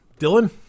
Dylan